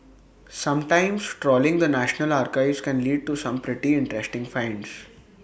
sometimes trawling the national archives can lead to some pretty interesting finds